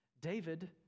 David